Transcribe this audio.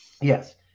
Yes